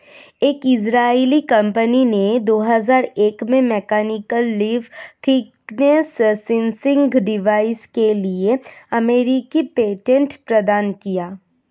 एक Israeli company ने दो हजार एक में mechanical leaf thickness sensing device के लिए अमेरिकी पेटेंट प्रदान किया